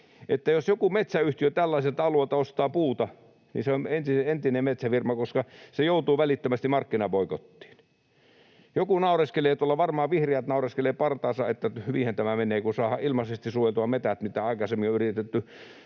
jos joku metsäyhtiö tällaiselta alueelta ostaa puuta, niin se on entinen metsäfirma, koska se joutuu välittömästi markkinaboikottiin. Joku naureskelee tuolla — varmaan vihreät naureskelee partaansa — että hyvinhän tämä menee, kun saadaan ilmaiseksi suojeltua metsät, mitkä hommat aikaisemmin on yritetty